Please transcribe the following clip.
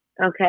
Okay